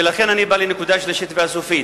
ולכן אני בא לנקודה השלישית והסופית: